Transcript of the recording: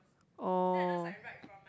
oh